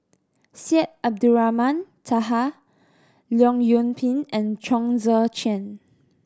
Syed Abdulrahman Taha Leong Yoon Pin and Chong Tze Chien